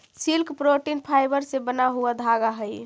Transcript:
silk protein fibre से बना हुआ धागा हई